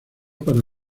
para